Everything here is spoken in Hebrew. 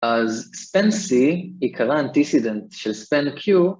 אז ספן C יקרה אנטיסידנט של ספן Q